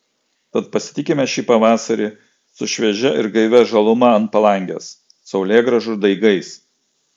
tad pasitikime šį pavasarį su šviežia ir gaivia žaluma ant palangės saulėgrąžų daigais